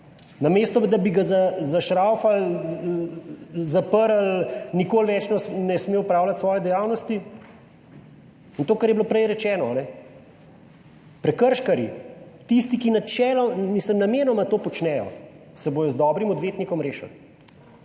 Namesto, da bi ga zašraufali, zaprli nikoli več ne sme opravljati svoje dejavnosti. To, kar je bilo prej rečeno, prekrškarji, tisti ki na čelo mislim namenoma to počnejo, se bodo z dobrim odvetnikom rešili.